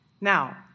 Now